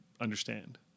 understand